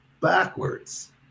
Backwards